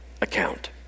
account